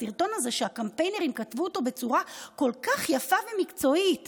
בסרטון הזה שהקמפיינרים כתבו בצורה כל-כך יפה ומקצועית.